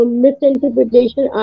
misinterpretation